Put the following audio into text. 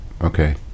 okay